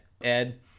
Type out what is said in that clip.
Ed